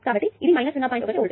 1 volt